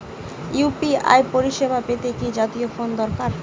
UPI পরিসেবা পেতে কি জাতীয় ফোন দরকার?